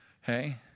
Hey